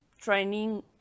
training